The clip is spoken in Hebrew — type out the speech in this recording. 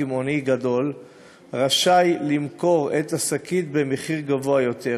קמעונאי גדול רשאי למכור את השקית במחיר גבוה יותר,